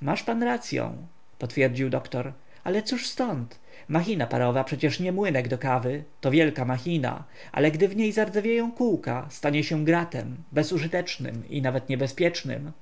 masz pan racyą potwierdził doktor ale cóż ztąd machina parowa przecież nie młynek do kawy to wielka machina ale gdy w niej zardzawieją kółka stanie się gratem bezużytecznym i nawet niebezpiecznym